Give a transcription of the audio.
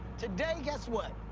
today, guess what.